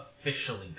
officially